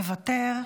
מוותר,